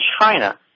China